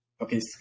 Okay